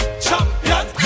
Champion